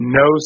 no